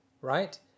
right